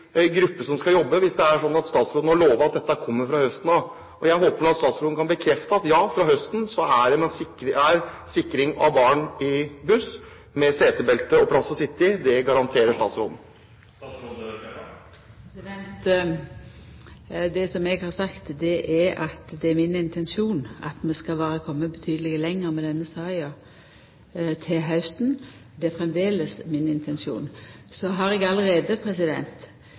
gruppe som skal jobbe, hvis det er sånn at statsråden har lovet at dette kommer fra høsten av? Jeg håper nå at statsråden kan bekrefte at fra høsten av er barn i buss sikret setebelte og sitteplass, det garanterer hun. Det eg har sagt, er at det er min intensjon at vi skal ha kome betydeleg lenger med denne saka til hausten. Det er framleis min intensjon. Eg har